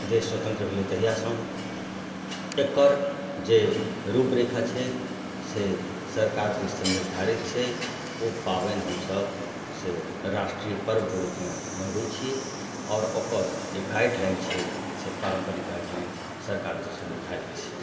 देश स्वतन्त्र भेलै तहियासँ एकर जे रूपरेखा छै से सरकार दिशसँ निर्धारित छै ओ पाबनि हमसभ से राष्ट्रीय पर्वके रूपमे मनबैत छियै आओर ओकर जे गाइडलाइन छै से पारम्परिक गाइडलाइन सरकार तरफसँ निर्धारित छै